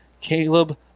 Caleb